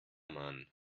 mann